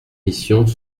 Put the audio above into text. missions